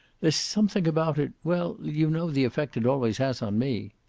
there's something about it well, you know the effect it always has on me.